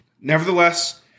Nevertheless